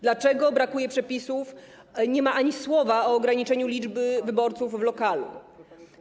Dlaczego brakuje przepisów i nie ma ani słowa o ograniczeniu liczby wyborców w lokalu?